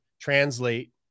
translate